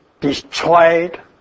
destroyed